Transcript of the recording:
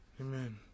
Amen